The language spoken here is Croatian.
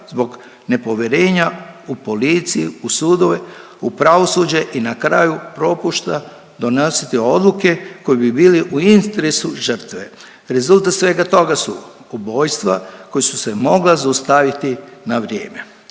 zbog nepovjerenja u policiju, u sudove, u pravosuđe i na kraju, propušta donositi odluke koji bi bili u interesu žrtve. Rezultat svega toga su ubojstva koja su se mogla zaustaviti na vrijeme.